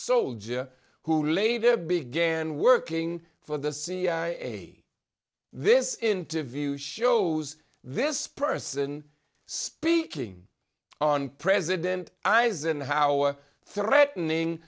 later began working for the cia this interview shows this person speaking on president eisenhower threatening